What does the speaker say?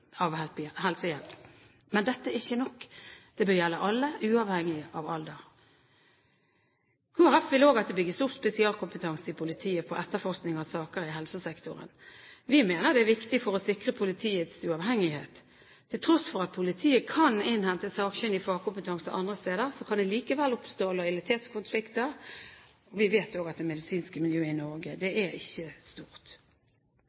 helsehjelp. Men dette er ikke nok. Det bør gjelde alle, uavhengig av alder. Kristelig Folkeparti vil også at det bygges opp spesialkompetanse i politiet på etterforskning av saker i helsesektoren. Vi mener det er viktig for å sikre politiets uavhengighet. Til tross for at politiet kan innhente sakkyndig fagkompetanse andre steder, kan det oppstå lojalitetskonflikter – og vi vet at det medisinske miljøet i Norge ikke er stort. Kristelig Folkeparti vil at berørte pasienter og